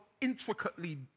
intricately